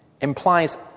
implies